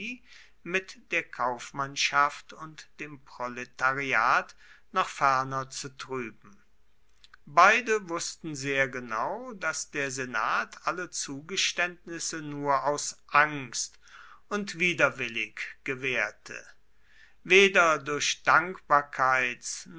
mit der kaufmannschaft und dem proletariat noch ferner zu trüben beide wußten sehr genau daß der senat alle zugeständnisse nur aus angst und widerwillig gewährte weder durch dankbarkeits